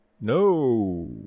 No